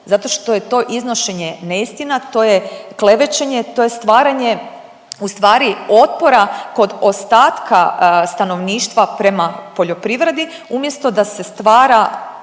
zato što je to iznošenje neistina, to je klevećenje, to je stvaranje ustvari otpora kod ostatka stanovništva prema poljoprivredi umjesto da se stvara